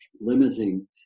limiting